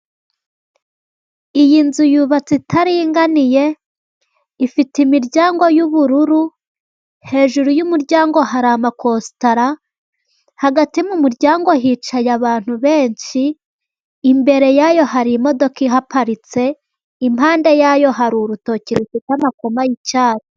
Iyi nzu yubatse itaringaniye ifite imiryango y'ubururu, hejuru y'umuryango hari amakositara, hagati mu muryango hicaye abantu benshi, imbere yayo hari imodoka ihaparitse, impande yayo hari urutoki rufite amakoma yicyatsi.